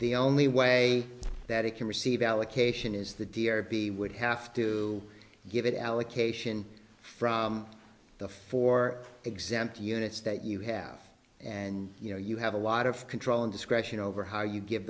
the only way that it can receive allocation is the d r p would have to give it allocation from the for example units that you have and you know you have a lot of control and discretion over how you give